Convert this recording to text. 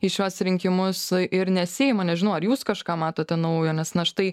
į šiuos rinkimus ir nesiima nežinau ar jūs kažką matote naujo nes na štai